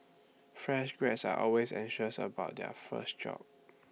fresh grads are always anxious about their first job